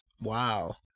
wow